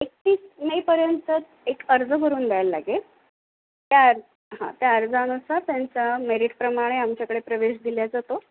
एकतीस मेपर्यंत एक अर्ज भरून द्यायला लागेल त्या अर् हा त्या अर्जानुसार त्यांचा मेरीटप्रमाणे आमच्याकडे प्रवेश दिला जातो